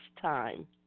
time